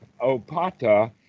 opata